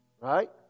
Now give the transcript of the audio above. Right